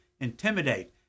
intimidate